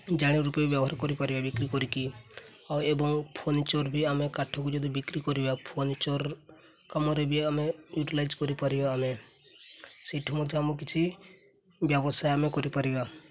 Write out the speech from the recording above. ଜାଣିବା ରୂପେ ବ୍ୟବହାର କରିପାରିବା ବିକ୍ରି କରିକି ଆଉ ଏବଂ ଫର୍ନିଚର୍ ବି ଆମେ କାଠକୁ ଯଦି ବିକ୍ରି କରିବା ଫର୍ନିଚର୍ କାମରେ ବି ଆମେ ୟୁଟିଲାଇଜ୍ କରିପାରିବା ଆମେ ସେଇଠୁ ମଧ୍ୟ ଆମ କିଛି ବ୍ୟବସାୟ ଆମେ କରିପାରିବା